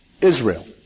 Israel